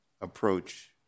approach